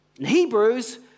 Hebrews